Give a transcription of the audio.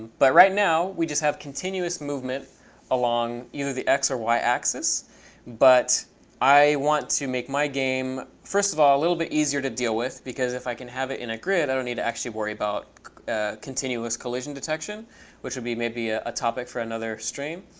but right now, we just have continuous movement along either the x or y-axis. but i want to make my game, first of all, a little bit easier to deal with. because if i can have it in a grid, i don't need to actually worry about continuous collision detection which would be maybe ah a topic for another stream.